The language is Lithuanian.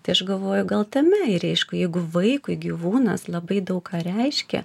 tai aš galvoju gal tame ir aišku jeigu vaikui gyvūnas labai daug ką reiškia